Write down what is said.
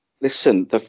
listen